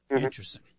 Interesting